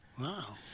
Wow